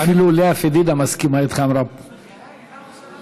אפילו לאה פדידה אמרה שהיא מסכימה איתך.